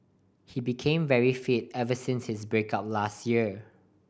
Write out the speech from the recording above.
he became very fit ever since his break up last year